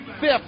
fifth